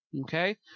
Okay